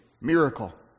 miracle